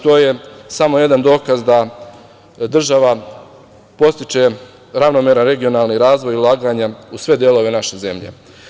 To je samo jedan dokaz da država podstiče ravnomeran regionalni razvoj ulaganja u sve delove naše zemlje.